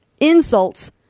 insults